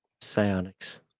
Psionics